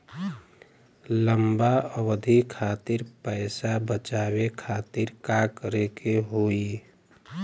लंबा अवधि खातिर पैसा बचावे खातिर का करे के होयी?